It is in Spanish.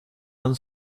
han